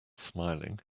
smiling